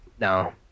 No